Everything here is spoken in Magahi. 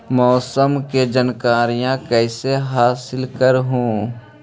मौसमा के जनकरिया कैसे हासिल कर हू?